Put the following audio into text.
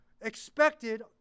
expected